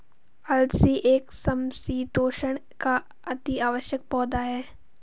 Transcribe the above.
अलसी एक समशीतोष्ण का अति आवश्यक पौधा है